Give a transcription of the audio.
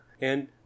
and—